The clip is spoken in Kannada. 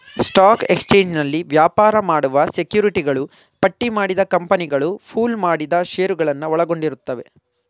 ಸ್ಟಾಕ್ ಎಕ್ಸ್ಚೇಂಜ್ನಲ್ಲಿ ವ್ಯಾಪಾರ ಮಾಡುವ ಸೆಕ್ಯುರಿಟಿಗಳು ಪಟ್ಟಿಮಾಡಿದ ಕಂಪನಿಗಳು ಪೂಲ್ ಮಾಡಿದ ಶೇರುಗಳನ್ನ ಒಳಗೊಂಡಿರುತ್ತವೆ